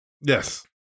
Yes